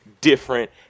different